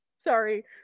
Sorry